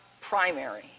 primary